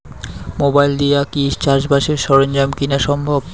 Mobile দিয়া কি চাষবাসের সরঞ্জাম কিনা সম্ভব?